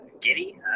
giddy